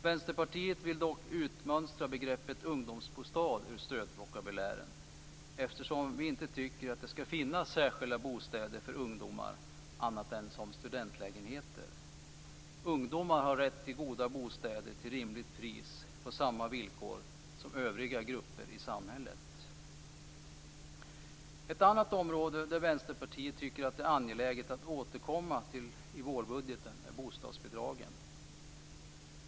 Vänsterpartiet vill dock utmönstra begreppet ungdomsbostad ur stödvokabulären, eftersom vi inte tycker att det skall finnas särskilda bostäder för ungdomar, annat än som studentlägenheter. Ungdomar har rätt till goda bostäder till rimligt pris på samma villkor som övriga grupper i samhället. Ett annat område där Vänsterpartiet tycker att det är angeläget att återkomma i vårbudgeten är bostadsbidragen.